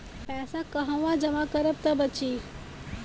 पैसा कहवा जमा करब त बची?